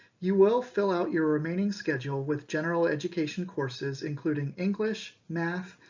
you will fill out your remaining schedule with general education courses including english, math,